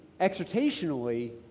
exhortationally